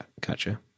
gotcha